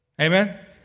Amen